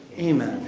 amen.